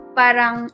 parang